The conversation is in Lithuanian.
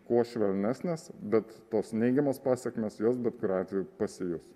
kuo švelnesnės bet tos neigiamos pasekmės jos bet kuriuo atveju pasijus